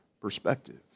perspective